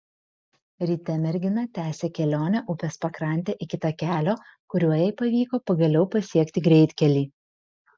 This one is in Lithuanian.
ryte mergina tęsė kelionę upės pakrante iki takelio kuriuo jai pavyko pagaliau pasiekti greitkelį